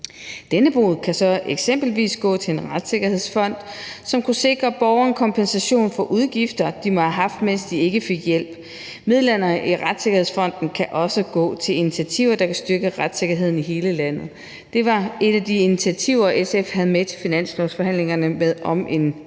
Denne bod kan så eksempelvis gå til en retssikkerhedsfond, som kunne sikre borgerne kompensation for udgifter, de måtte have haft, mens de ikke fik hjælp. Midlerne i retssikkerhedsfonden kan også gå til initiativer, der kan styrke retssikkerheden i hele landet. Det var et af de initiativer, SF havde med i en retssikkerhedspakke til